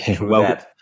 welcome